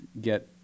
get